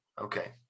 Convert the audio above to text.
Okay